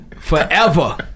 Forever